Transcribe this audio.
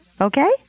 Okay